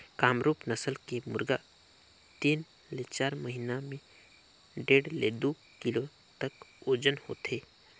कामरूप नसल के मुरगा तीन ले चार महिना में डेढ़ ले दू किलो तक ओजन होथे